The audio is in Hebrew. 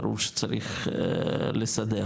ברור שצריך לסדר.